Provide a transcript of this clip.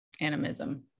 animism